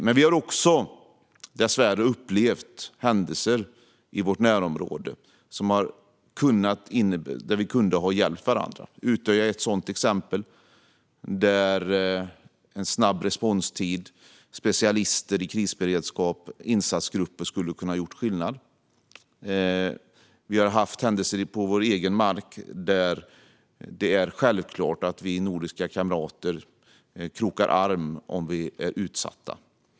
Men vi har dessvärre också upplevt händelser i vårt närområde där vi kunde ha hjälpt varandra. Utøya är ett sådant exempel, där en snabb responstid, specialister i krisberedskap och insatsgrupper skulle ha kunnat göra skillnad. Vi har haft händelser på vår egen mark där det är självklart att vi nordiska kamrater krokar arm om vi är utsatta.